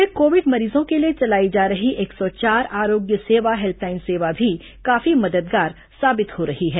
राज्य में कोविड मरीजों के लिए चलाई जा रही एक सौ चार आरोग्य सेवा हेल्पलाइन सेवा भी काफी मददगार साबित हो रहा है